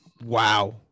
Wow